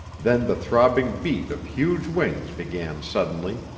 then the throbbing beat of huge wings began suddenly,